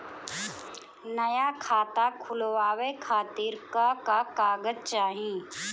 नया खाता खुलवाए खातिर का का कागज चाहीं?